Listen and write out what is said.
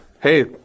Hey